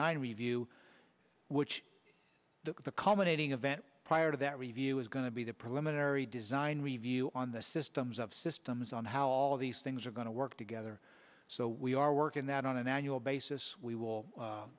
nine review which the culminating event prior to that review is going to be the preliminary design review on the systems of systems on how all of these things are going to work together so we are working that on an annual basis we will